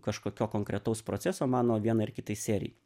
kažkokio konkretaus proceso mano vienai ar kitai serijai